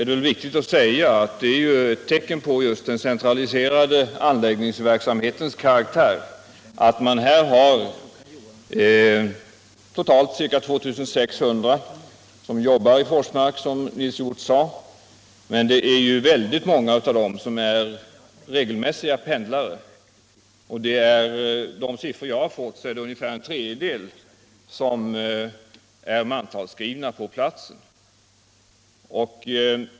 Det är riktigt att | säga att det är ett kännetecken på den centraliserade anläggningsverk | samhetens karaktär att man har totalt ca 2600 personer som jobbar i Forsmark, som Nils Hjorth sade. Men det är ju väldigt många av dem som är regelmässiga pendlare. Enligt de siffror jag har fått är ungefär en tredjedel mantalsskrivna på platsen.